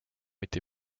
été